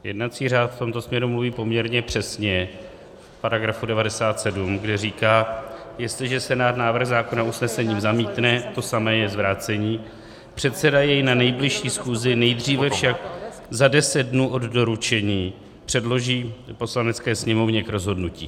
Jednací řád v tomto směru mluví poměrně přesně v § 97, kde říká: jestliže Senát návrh zákona usnesením zamítne, to samé je s vrácením, předseda jej na nejbližší schůzi, nejdříve však za deset dnů od doručení předložení Poslanecké sněmovně k rozhodnutí.